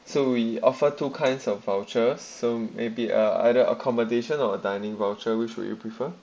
so we are photo kinds of voucher some maybe ah either accommodation or dining voucher which would you prefer